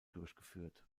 durchgeführt